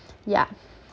yeah